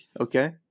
Okay